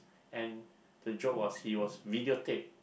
and the joke was he was videotaped